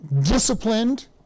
disciplined